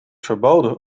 verboden